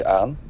aan